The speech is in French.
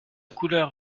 couleur